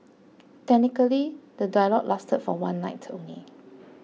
technically the dialogue lasted for one night only